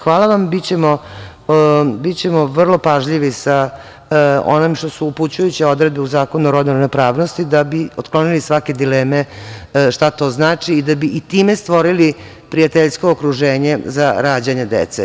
Hvala vam, bićemo vrlo pažljivi sa onim što su upućujuće odredbe u Zakonu o rodnoj ravnopravnosti da bi otklonili svake dileme šta to znači, da bi i time stvorili prijateljsko okruženje za rađanje dece.